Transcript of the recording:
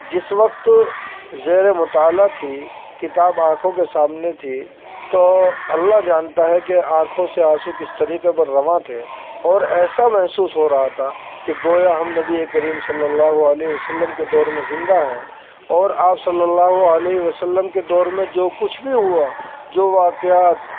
جس وقت زیر مطالعہ تھی کتاب آنکھوں کے سامنے تھی تو اللہ جانتا ہے کہ آنکھوں سے آنسو کس طریقے پر رواں تھے اور ایسا محسوس ہو رہا تھا کہ گویا ہم نبی کریم صلی اللہ علیہ و سلم کے دور میں زندہ ہیں اور آپ صلی اللہ علیہ و سلم کے دور میں جو کچھ بھی ہوا جو واقعات